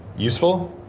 useful?